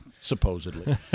supposedly